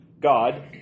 God